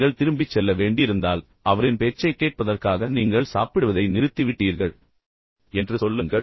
நீங்கள் திரும்பிச் செல்ல வேண்டியிருந்தால் அந்த நபரின் பேச்சைக் கேட்பதற்காக நீங்கள் சாப்பிடுவதை நிறுத்திவிட்டீர்கள் என்றும் அந்த நபரிடம் சொல்லுங்கள்